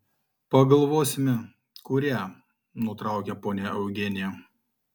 pagalvosime kurią nutraukė ponia eugenija